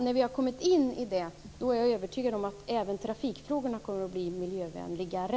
När vi har kommit in i det är jag övertygad om att även trafikfrågorna kommer att bli miljövänligare.